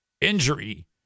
injury